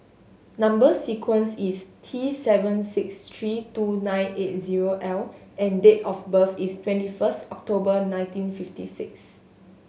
number sequence is T seven six three two nine eight zero L and date of birth is twenty first October nineteen fifty six